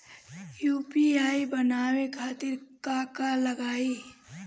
UPI बनावे खातिर का का लगाई?